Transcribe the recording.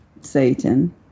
satan